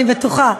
אני בטוחה.